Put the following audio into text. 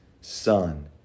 son